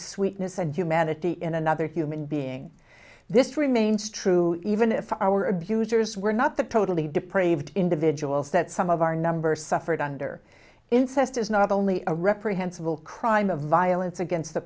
sweetness and humanity in another human being this remains true even if our abusers were not the totally depraved individuals that some of our number suffered under incest is not only a reprehensible crime of violence against the